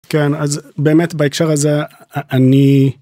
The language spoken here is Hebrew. כן אז באמת בהקשר הזה אני